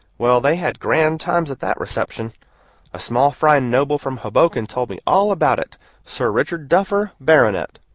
well, they had grand times at that reception a small-fry noble from hoboken told me all about it sir richard duffer, baronet.